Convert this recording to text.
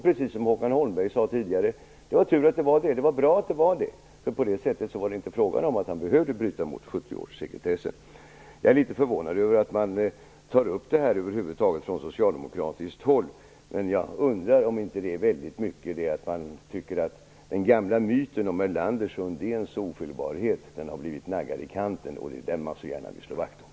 Precis som Håkan Holmberg sade tidigare var det bra att det var så, därigenom var det inte fråga om att han behövde bryta mot 70-årssekretessen. Jag är litet förvånad över att man över huvud taget tar upp den här frågan från socialdemokratiskt håll. Jag undrar om det inte i ganska stor utsträckning hänger samman med att man anser att den gamla myten om Erlanders och Undéns ofelbarhet har blivit naggad i kanten och att det är den man så gärna vill slå vakt om.